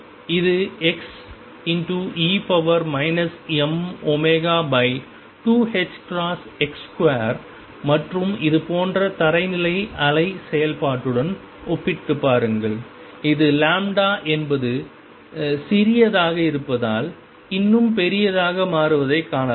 இது xe mω2ℏx2 மற்றும் இது போன்ற தரைநிலை அலை செயல்பாட்டுடன் ஒப்பிட்டுப் பாருங்கள் இது என்பது சிறியதாக இருப்பதால் இன்னும் பெரியதாக மாறுவதைக் காணலாம்